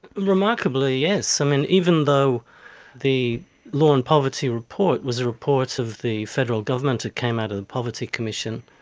remarkably yes. um and even though the law and poverty report was a report of the federal government that came out of the poverty commission,